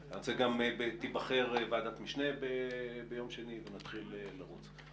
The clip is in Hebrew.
תיבחר גם ועדת משנה ביום שני ונתחיל לרוץ.